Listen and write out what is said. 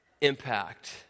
impact